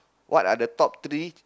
what are the top three